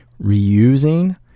reusing